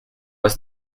was